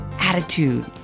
attitude